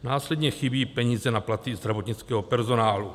Následně chybí peníze na platy zdravotnického personálu.